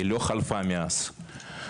היא לא חלפה מאז,